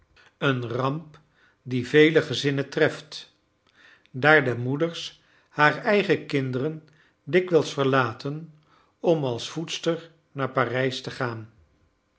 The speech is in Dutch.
een ramp die vele gezinnen treft daar de moeders haar eigen kinderen dikwijls verlaten om als voedsters naar parijs te gaan